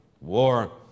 war